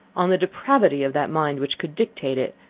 on the depravity of that mind which could dictate it,